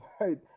right